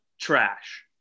trash